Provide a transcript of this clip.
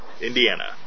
Indiana